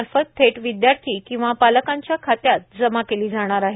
मार्फत थेट विद्यार्थी किंवा पालकांच्या खात्यात जमा केली जाणार आहे